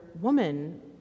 Woman